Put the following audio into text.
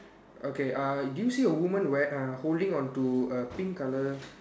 okay uh do you see a woman wear~ uh holding on to a pink colour